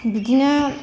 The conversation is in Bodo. बिदिनो